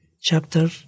Chapter